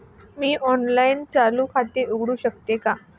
मी online चालू खाते उघडू शकते का?